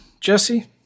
Jesse